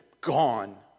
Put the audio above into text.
gone